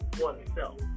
oneself